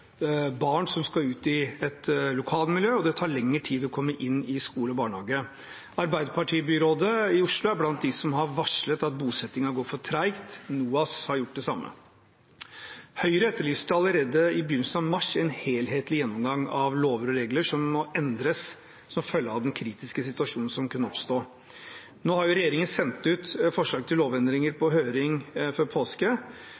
barn som skal ut i et lokalmiljø, og det tar lengre tid å komme seg inn i skole og barnehage. Arbeiderparti-byrådet i Oslo er blant dem som har varslet at bosettingen går for tregt. NOAS har gjort det samme. Høyre etterlyste allerede i begynnelsen av mars en helhetlig gjennomgang av lover og regler som må endres som følge av den kritiske situasjonen som kunne oppstå. Regjeringen sendte før påske ut forslag til lovendringer